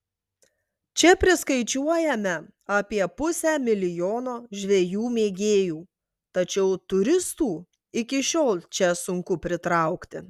čia priskaičiuojame apie pusę milijono žvejų mėgėjų tačiau turistų iki šiol čia sunku pritraukti